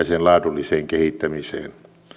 sen laadulliseen kehittämiseen